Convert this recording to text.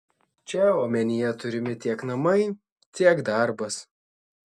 čia omenyje turimi tiek namai tiek darbas